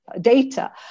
data